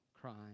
crying